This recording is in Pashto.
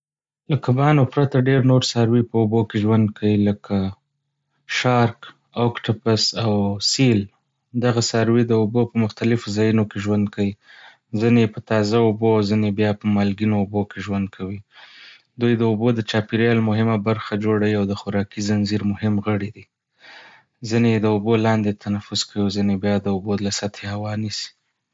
له کبانو پرته، ډېر نور څاروي په اوبو کې ژوند کوي لکه شارک، اوکټپس، او سیل. دغه څاروي د اوبو په مختلفو ځایونو کې ژوند کوي، ځینې یې په تازه اوبو او ځینې بیا په مالګينو اوبو کې ژوند کوي. دوی د اوبو د چاپېریال مهمه برخه جوړوي او د خوراکي زنځیر مهم غړي دي. ځینې یې د اوبو لاندې تنفس کوي او ځینې بیا د اوبو له سطحې هوا نیسي.